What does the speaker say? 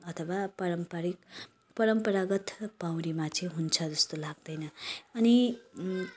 अथवा पारम्पारिक परम्परागत पौडीमा चाहिँ हुन्छ जस्तो लाग्दैन अनि